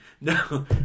No